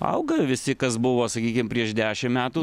auga visi kas buvo sakykim prieš dešim metų